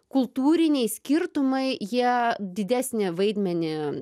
kultūriniai skirtumai jie didesnį vaidmenį